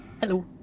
Hello